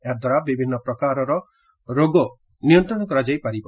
ଏହାଦ୍ୱାରା ବିଭିନ୍ନ ପ୍ରକାରର ରୋଗ ନିୟନ୍ତ୍ରଣ କରାଯାଇପାରିବ